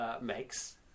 Makes